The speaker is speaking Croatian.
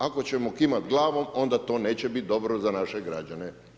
Ako ćemo kimati glavom, onda to neće biti dobro za naše građane.